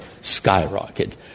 skyrocket